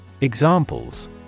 Examples